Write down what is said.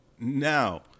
Now